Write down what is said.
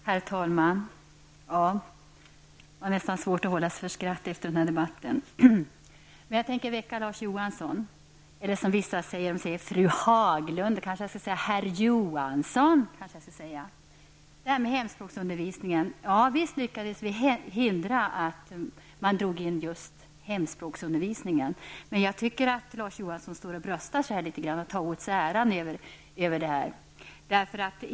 Herr talman! Jag har nästan svårt att hålla mig för skratt efter den debatt som har förts. Men nu skall jag väcka Larz Johansson. Vissa säger ''fru Haglund'', och jag borde kanske säga ''herr Så till frågan om hemspråksundervisningen. Visst lyckades vi förhindra att just hemspråksundervisningen drogs in, men jag tycker att Larz Johansson ''bröstar sig'' och tar åt sig äran av det.